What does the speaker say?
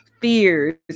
fears